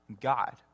God